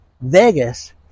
Vegas